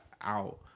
out